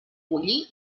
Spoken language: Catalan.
bullir